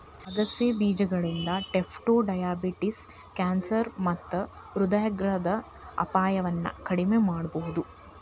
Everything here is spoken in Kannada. ಆಗಸೆ ಬೇಜಗಳಿಂದ ಟೈಪ್ ಟು ಡಯಾಬಿಟಿಸ್, ಕ್ಯಾನ್ಸರ್ ಮತ್ತ ಹೃದ್ರೋಗದ ಅಪಾಯವನ್ನ ಕಡಿಮಿ ಮಾಡಬೋದು